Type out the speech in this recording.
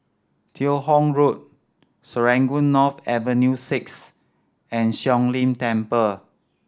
Teo Hong Road Serangoon North Avenue Six and Siong Lim Temple